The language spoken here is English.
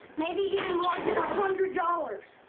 maybe even more than a hundred dollars.